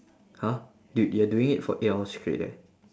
!huh! dude you're doing it for eight hours straight eh